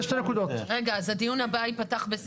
זה שתי נקודות רגע, אז הדיון הבא ייפתח בסעיף 5?